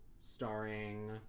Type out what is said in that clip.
starring